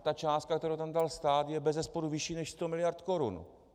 Ta částka, kterou tam dal stát, je bezesporu vyšší než 100 mld. korun.